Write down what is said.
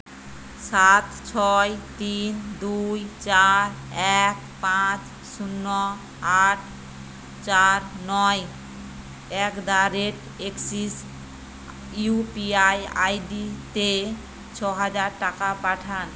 সাত ছয় তিন দুই চার এক পাঁচ শূন্য আট চার নয় at the rate Axis U P I আইডিতে ছ হাজার টাকা পাঠান